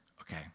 Okay